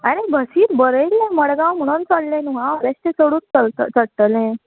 आरे बसीच बरयल्लें मडगांव म्हणून चडलें न्हू हांव बेश्टें चडूच चलत चडटलें